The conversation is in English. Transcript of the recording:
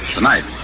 Tonight